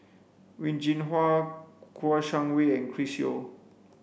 Wen Jinhua Kouo Shang Wei and Chris Yeo